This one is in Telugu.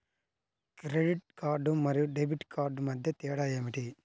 క్రెడిట్ కార్డ్ మరియు డెబిట్ కార్డ్ మధ్య తేడా ఏమిటి?